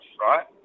right